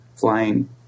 flying